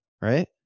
right